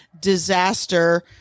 disaster